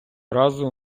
разу